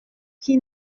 qui